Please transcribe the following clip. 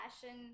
fashion